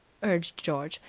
urged george.